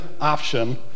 option